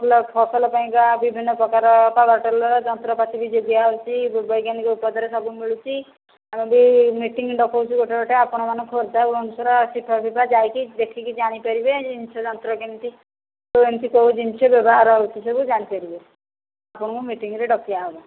ଫସଲ ପାଇଁକା ବିଭିନ୍ନ ପ୍ରକାର ପାୱାର ଟିଲର ଯନ୍ତ୍ରପାତି ବି ଦିଆହେଉଛି ବୈଜ୍ଞାନିକ ଉପାଦାନ ସବୁ ମିଳୁଛି ଆମେ ବି ମିଟିଙ୍ଗ ଡ଼କଉଛୁ ଗୋଟେ ଗୋଟେ ଆପଣମାନେ ଖୋର୍ଦ୍ଧା ଭୁବେନଶ୍ୱର ଆସିପାରି ଯାଇକି ଦେଖିକି ଜାଣିପାରିବେ ଜିନିଷ ଯନ୍ତ୍ର କେମିତି ଏମିତି କେଉଁ ଜିନିଷ ବ୍ୟବହାର ହେଉଛି ସବୁ ଜାଣିପାରିବେ ଆପଣଙ୍କୁ ମିଟିଙ୍ଗରେ ଡ଼କାହେବ